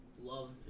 love